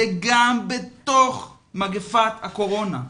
וגם בתוך מגפת הקורונה,